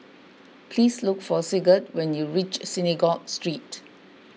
please look for Sigurd when you reach Synagogue Street